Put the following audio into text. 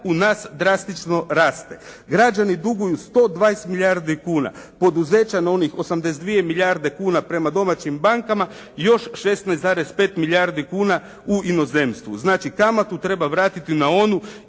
u nas drastično raste. Građani duguju 120 milijardi kuna, poduzeća na onih 82 milijarde kuna prema domaćim bankama, još 16,5 milijardi kuna u inozemstvu. Znači kamatu treba vratiti na onu